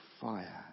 fire